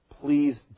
Please